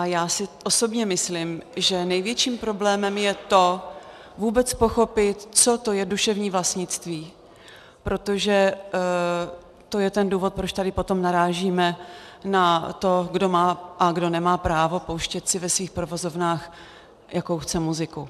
Já osobně si myslím, že největším problémem je to vůbec pochopit, co to je duševní vlastnictví, protože to je ten důvod, proč tady potom narážíme na to, kdo má a kdo nemá právo pouštět si ve svých provozovnách, jakou chce muziku.